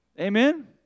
Amen